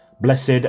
Blessed